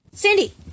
Cindy